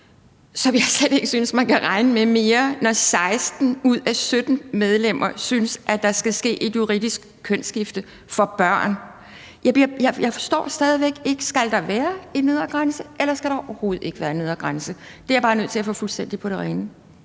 som jeg slet ikke synes man kan regne med mere, når 16 ud af 17 medlemmer synes, at der skal ske et juridisk kønsskifte for børn. Jeg forstår det stadig væk ikke. Skal der være en nedre grænse, eller skal der overhovedet ikke være en nedre grænse? Det er jeg bare nødt til at få fuldstændig på det rene.